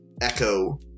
echo